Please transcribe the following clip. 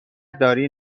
داری